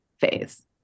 phase